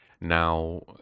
Now